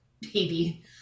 baby